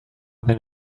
than